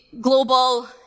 global